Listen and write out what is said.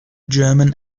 german